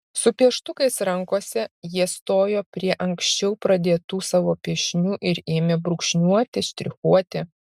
su pieštukais rankose jie stojo prie anksčiau pradėtų savo piešinių ir ėmė brūkšniuoti štrichuoti